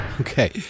Okay